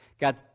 God